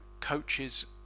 coaches